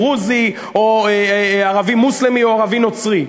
דרוזי או ערבי מוסלמי או ערבי נוצרי,